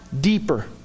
deeper